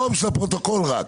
לא, בשביל הפרוטוקול רק.